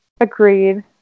Agreed